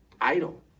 idol